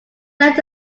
let